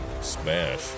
smash